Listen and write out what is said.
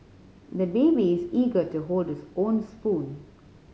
the baby is eager to hold his own spoon